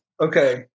Okay